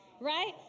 right